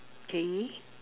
okay